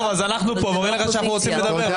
אנחנו פה ואומרים לך שאנחנו רוצים לדבר.